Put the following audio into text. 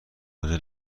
کجا